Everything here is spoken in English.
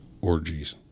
orgies